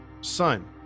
son